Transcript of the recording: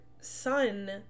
son